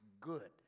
good